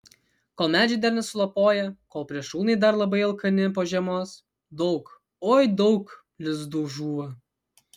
kol medžiai dar nesulapoję kol plėšrūnai dar labai alkani po žiemos daug oi daug lizdų žūva